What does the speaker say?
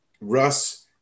Russ